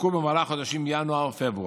הופקו במהלך החודשים ינואר-פברואר.